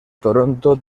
toronto